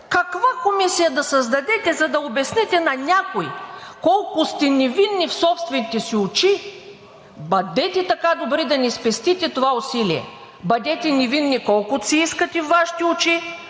каква комисия да създадете, за да обясните на някой колко сте невинни в собствените си очи, бъдете така добри да ни спестите това усилие. Бъдете невинни, колкото си искате във Вашите очи.